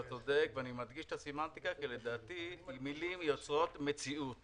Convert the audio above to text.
אתה צודק ואני מדגיש את הסמנטיקה כי לדעתי מילים יוצרות מציאות